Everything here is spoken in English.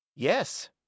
Yes